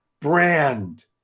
Brand